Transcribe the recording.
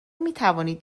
میتوانید